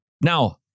Now